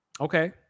Okay